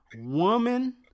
Woman